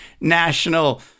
National